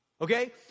Okay